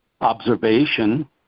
observation